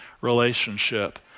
relationship